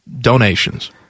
donations